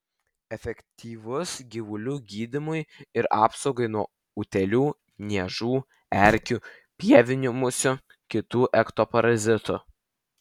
efektyvus gyvulių gydymui ir apsaugai nuo utėlių niežų erkių pievinių musių kitų ektoparazitų